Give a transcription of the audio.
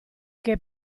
che